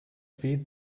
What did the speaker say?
feed